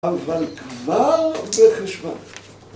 בחשוון.